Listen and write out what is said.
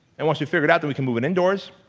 then once we figured out that we could move it indoors,